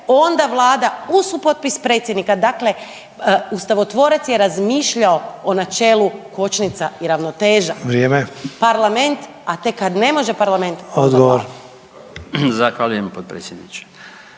onda vlada uz supotpis predsjednika, dakle ustavotvorac je razmišljao o načelu kočnica i ravnoteža.…/Upadica: Vrijeme/…Parlament, a tek kad ne može parlament onda vlada. **Sanader,